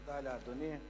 תודה רבה, אדוני.